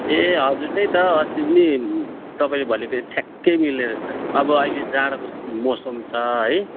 ए हजुर त्यही त अस्ति पनि तपाईँले भनेको ठ्याक्कै मिल्ने रहेछ अब अहिले जाडोको मौसम छ है